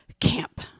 camp